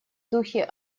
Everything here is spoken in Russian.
духе